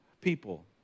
people